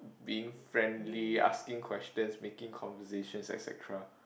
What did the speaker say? being friendly asking questions making conversations et-cetera